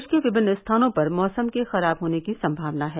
प्रदेश के विभिन्न स्थानों पर मौसम के खराब होने की संभावना है